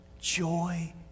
Joy